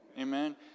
Amen